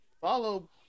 follow